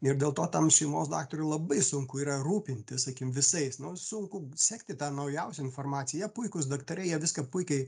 ir dėl to tam šeimos daktarui labai sunku yra rūpintis sakim visais nu sunku sekti tą naujausią informaciją jie puikūs daktarai jie viską puikiai